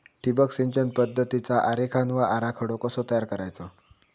ठिबक सिंचन पद्धतीचा आरेखन व आराखडो कसो तयार करायचो?